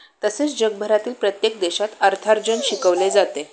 तसेच जगभरातील प्रत्येक देशात अर्थार्जन शिकवले जाते